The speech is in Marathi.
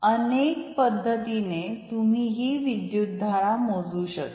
अनेक पद्धतीने तुम्ही ही विद्युत धारा मोजू शकता